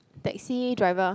taxi driver